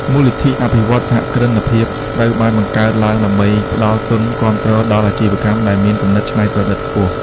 មូលនិធិអភិវឌ្ឍន៍សហគ្រិនភាពត្រូវបានបង្កើតឡើងដើម្បីផ្តល់ទុនគាំទ្រដល់អាជីវកម្មដែលមានគំនិតច្នៃប្រឌិតខ្ពស់។